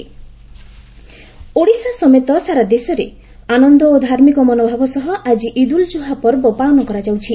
ଇଦ୍ ଓଡ଼ିଶା ସମେତ ସାରା ଦେଶରେ ଆନନ୍ଦ ଓ ଧାର୍ମିକ ମନୋଭାବ ସହ ଆକି ଇଦ୍ ଉଲ୍ ଜୁହା ପର୍ବ ପାଳନ କରାଯାଉଛି